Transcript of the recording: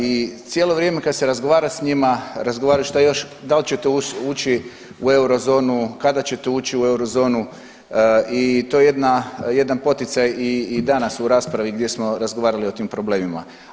I cijelo vrijeme kad se razgovara sa njima razgovara da li ćete ući u eurozonu, kada ćete ući u eurozonu i to je jedan poticaj i danas u raspravi gdje smo razgovarali o tim problemima.